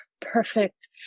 perfect